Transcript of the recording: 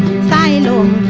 final